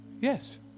Yes